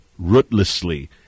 rootlessly